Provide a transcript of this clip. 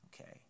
Okay